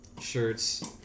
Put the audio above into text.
shirts